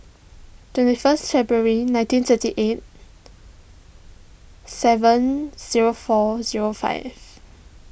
twenty first February nineteen thirty eight seven zero four zero five